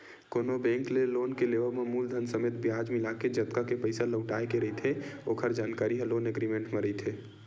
कोनो बेंक ले लोन के लेवब म मूलधन समेत बियाज मिलाके जतका के पइसा लहुटाय के रहिथे ओखर जानकारी ह लोन एग्रीमेंट म रहिथे